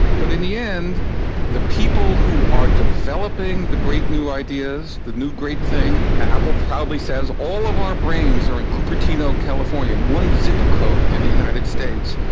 but in the end the people who are developing the great new ideas, the new great thing, apple proudly says all of our brains are in cupertino, california, in one zip code in the united states.